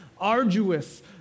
arduous